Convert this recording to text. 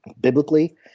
biblically